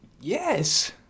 Yes